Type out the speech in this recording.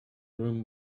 room